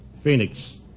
Phoenix